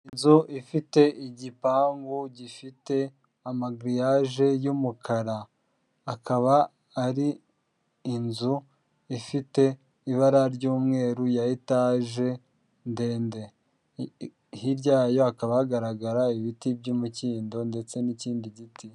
Inzu ifite igipangu gifite amagiriyaje y'umukara akaba ari inzu ifite ibara ry'umweru ya etage ndende hirya yayo hakaba hagaragara ibiti by'umukindo ndetse n'ikindi giti.